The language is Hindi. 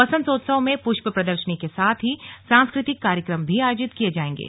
वसंतोत्सव में पृष्प प्रदर्शनी के साथ ही सांस्कृतिक कार्यक्रम भी आयोजित किए जाएंगे